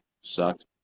sucked